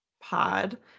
pod